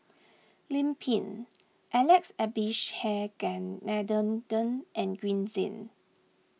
Lim Pin Alex Abisheganaden Den and Green Zeng